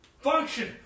Function